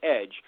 EDGE